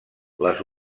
les